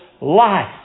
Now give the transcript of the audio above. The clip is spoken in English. life